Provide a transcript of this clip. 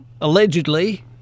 allegedly